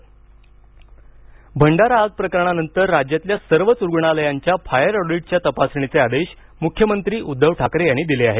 भंडारा आग भंडारा आग प्रकरणानंतर राज्यातल्या सर्वच रुग्णालयांच्या फायर ऑडिटच्या तपासणीचे आदेश मुख्यमंत्री उद्धव ठाकरे यांनी दिले आहेत